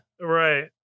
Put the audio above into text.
Right